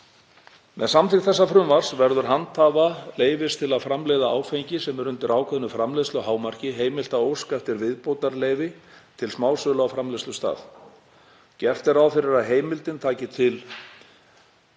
Með samþykkt þessa frumvarps verður handhafa leyfis til að framleiða áfengi, sem er undir ákveðnu framleiðsluhámarki, heimilt að óska eftir viðbótarleyfi til smásölu á framleiðslustað. Gert er ráð fyrir að heimildin taki til